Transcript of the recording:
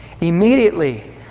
Immediately